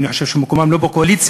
שאני חושב שמקומם לא בקואליציה,